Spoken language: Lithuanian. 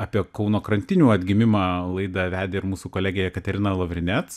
apie kauno krantinių atgimimą laidą vedė ir mūsų kolegė jekaterina lavrinec